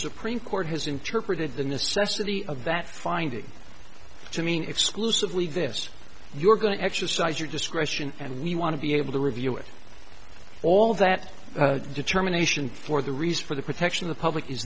supreme court has interpreted the necessity of that finding to mean exclusively this you're going to exercise your discretion and we want to be able to review with all that determination for the reason for the protection the public is